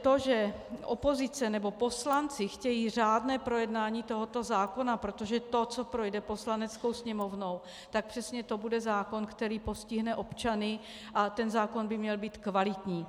To, že opozice nebo poslanci chtějí řádné projednání tohoto zákona, protože to, co projde Poslaneckou sněmovnou, bude přesně zákon, který postihne občany, a ten zákon by měl být kvalitní.